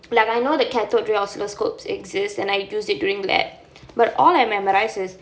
like I know that cathode ray oscilloscope exist and I use it during laboratory but I memorise is